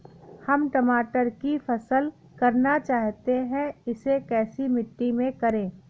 हम टमाटर की फसल करना चाहते हैं इसे कैसी मिट्टी में करें?